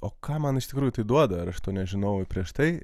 o ką man iš tikrųjų tai duoda ar aš to nežinojau prieš tai